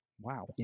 Wow